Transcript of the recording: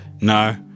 No